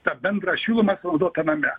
tą bendrą šilumą sunaudotą name